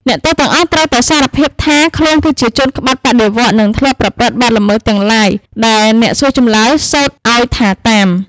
អ្នកទោសទាំងអស់ត្រូវតែសារភាពថាខ្លួនគឺជាជនក្បត់បដិវត្តន៍ និងធ្លាប់បានប្រព្រឹត្តបទល្មើសទាំងឡាយ ដែលអ្នកសួរចម្លើយសូត្រអោយថាតាម ។